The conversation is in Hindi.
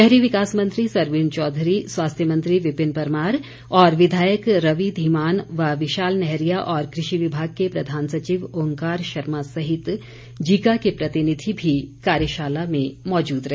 शहरी विकास मंत्री सरवीण चौधरी स्वास्थ्य मंत्री विपिन परमार और विधायक रवि धीमान व विशाल नैहरिया और कृषि विभाग के प्रधान सचिव ओंकार शर्मा सहित जीका के प्रतिनिधि भी कार्यशाला में मौजूद रहे